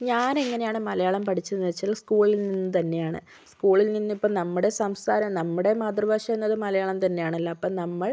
ഞാൻ എങ്ങനെയാണ് മലയാളം പഠിച്ചതെന്ന് വച്ചാൽ സ്കൂളിൽ നിന്ന് തന്നെയാണ് സ്കൂളിൽ നിന്ന് ഇപ്പോൾ നമ്മുടെ സംസാരം നമ്മുടെ മാതൃഭാഷ എന്നത് മലയാളം തന്നെയാണല്ലോ അപ്പം നമ്മൾ